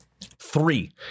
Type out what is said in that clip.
Three